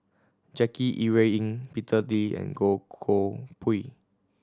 Jackie Yi Ru Ying Peter Lee and Goh Koh Pui